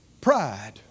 pride